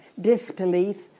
disbelief